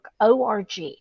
ORG